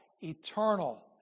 eternal